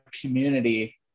community